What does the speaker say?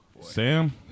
Sam